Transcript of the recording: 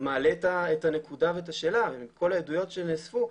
מעלה את הנקודה ואת השאלה, מכל העדויות שנאספו,